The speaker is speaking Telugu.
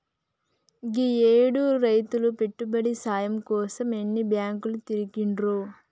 గీయేడు రైతులు పెట్టుబడి సాయం కోసం ఎన్ని బాంకులు తిరిగిండ్రో